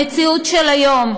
המציאות של היום,